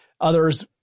Others